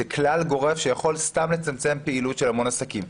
איזה כלל גורף שיכול סתם לצמצם פעילות של המון עסקים.